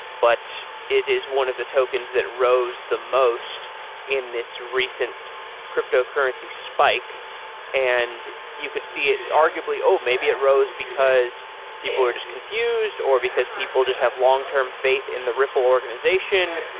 but it is one of the tokens that rose the most in this recent cryptocurrency spike and you could see it arguably, maybe it rose, because people were just confused, or because people just have long-term faith in the ripple organization,